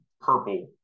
purple